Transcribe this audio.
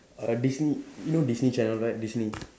uh Disney you know Disney channel right Disney